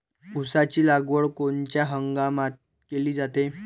ऊसाची लागवड कोनच्या हंगामात केली जाते?